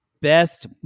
best